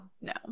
No